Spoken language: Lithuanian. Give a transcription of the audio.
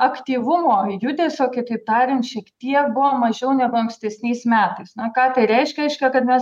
aktyvumo judesio kitaip tariant šiek tiek buvo mažiau negu ankstesniais metais na ką tai reiškia reiškia kad mes